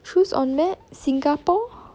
choose on map singapore